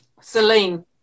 Celine